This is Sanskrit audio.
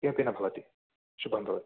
किमपि न भवति शुभं भवति